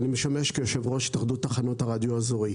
אני משמש כיושב-ראש התאחדות תחנות הרדיו האזורי.